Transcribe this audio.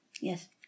Yes